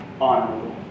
honorable